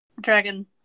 dragon-